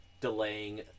delaying